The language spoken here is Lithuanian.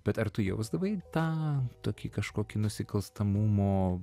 bet ar tu jausdavai tą tokį kažkokį nusikalstamumo